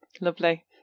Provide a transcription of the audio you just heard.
Lovely